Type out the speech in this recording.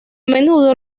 menudo